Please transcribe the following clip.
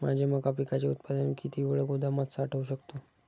माझे मका पिकाचे उत्पादन किती वेळ गोदामात साठवू शकतो?